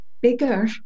bigger